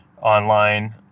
online